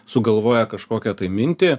sugalvoja kažkokią tai mintį